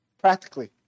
practically